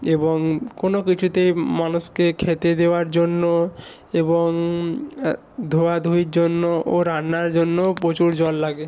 এবং কোনও কিছুতে মানুষকে খেতে দেওয়ার জন্য এবং ধোয়াধুয়ির জন্য ও রান্নার জন্যও প্রচুর জল লাগে